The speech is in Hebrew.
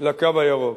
ל"קו הירוק".